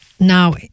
Now